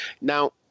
Now